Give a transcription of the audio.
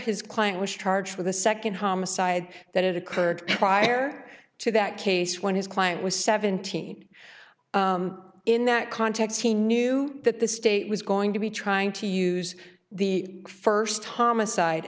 his client was charged with a second homicide that occurred prior to that case when his client was seventeen in that context he knew that the state was going to be trying to use the first homicide